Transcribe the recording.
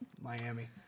Miami